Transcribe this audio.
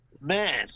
Man